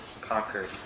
conquered